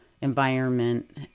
environment